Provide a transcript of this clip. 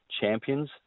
champions